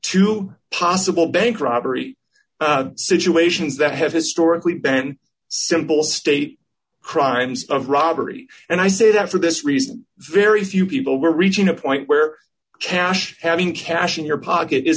to possible bank robbery situations that have historically ben simple state crimes of robbery and i say that for this reason very few people reaching a point where cash having cash in your pocket is